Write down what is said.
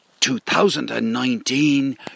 2019